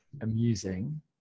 amusing